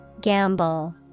Gamble